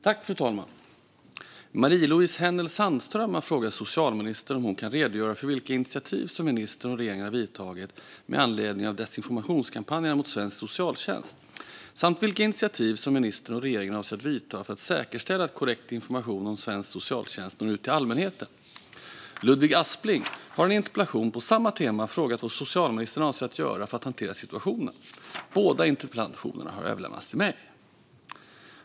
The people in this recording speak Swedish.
Fru talman! Marie-Louise Hänel Sandström har frågat socialministern om hon kan redogöra för vilka initiativ som ministern och regeringen har vidtagit med anledning av desinformationskampanjerna mot svensk socialtjänst samt vilka initiativ som ministern och regeringen avser att vidta för att säkerställa att korrekt information om svensk socialtjänst når ut till allmänheten. Ludvig Aspling har i en interpellation på samma tema frågat vad socialministern avser att göra för att hantera situationen. Båda interpellationerna har överlämnats till mig.